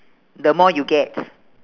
the more you get